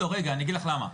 אגיד לך למה,